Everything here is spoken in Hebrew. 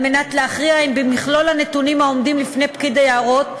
כדי להכריע אם במכלול הנתונים העומדים לפני פקיד היערות,